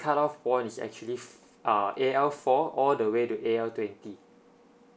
cut off point is actually f~ uh A_L four all the way to A_L twenty